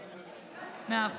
כן, מאה אחוז,